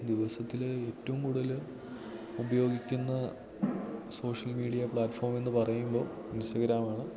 ദിവസത്തിൽ ഏറ്റവും കൂടുതൽ ഉപയോഗിക്കുന്ന സോഷ്യൽ മീഡിയ പ്ലാറ്റ്ഫോമെന്നു പറയുമ്പോൾ ഇൻസ്റ്റാഗ്രാമാണ്